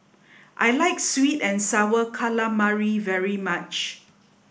I like Sweet and Sour Calamari very much